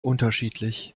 unterschiedlich